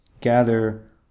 gather